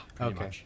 Okay